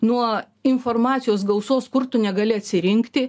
nuo informacijos gausos kur tu negali atsirinkti